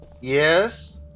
Yes